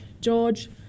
George